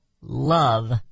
love